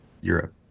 Europe